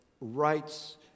rights